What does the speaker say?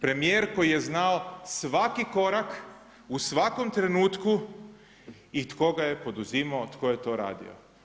Premijer koji je znao svaki korak u svakom trenutku i tko ga je poduzimao tko je radio.